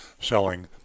selling